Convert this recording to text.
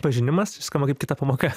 pažinimas skamba kaip kita pamoka